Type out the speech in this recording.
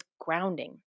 grounding